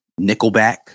nickelback